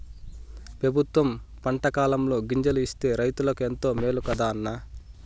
పెబుత్వం పంటకాలంలో గింజలు ఇస్తే రైతులకు ఎంతో మేలు కదా అన్న